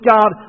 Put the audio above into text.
God